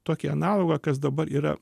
tokį analogą kas dabar yra